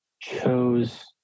chose